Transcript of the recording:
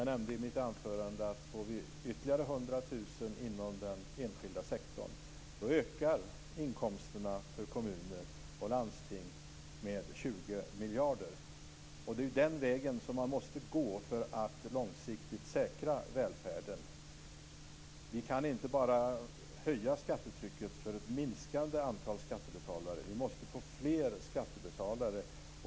Jag nämnde i mitt anförande att om vi får ytterligare 100 000 jobb inom den enskilda sektorn ökar inkomsterna för kommuner och landsting med 20 Det är den vägen man måste gå för att långsiktigt säkra välfärden. Vi kan inte bara höja skattetrycket för ett minskande antal skattebetalare. Vi måste också få fler skattebetalare.